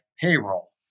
payroll